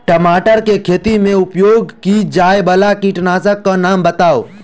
टमाटर केँ खेती मे उपयोग की जायवला कीटनासक कऽ नाम बताऊ?